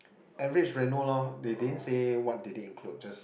average reno~ lor they didn't say what did they include just